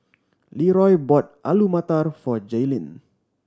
Leeroy bought Alu Matar for Jaelyn